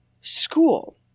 school